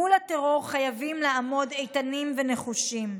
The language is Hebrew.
מול הטרור חייבים לעמוד איתנים ונחושים,